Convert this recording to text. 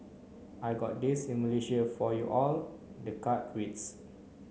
I got this in Malaysia for you all the card reads